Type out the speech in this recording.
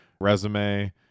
resume